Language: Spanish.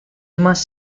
más